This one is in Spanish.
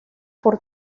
por